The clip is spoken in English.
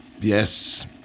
Yes